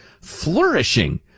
flourishing